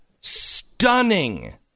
stunning